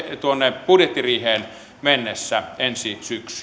tuonne budjettiriiheen mennessä ensi